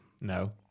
No